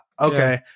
Okay